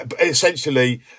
essentially